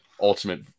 ultimate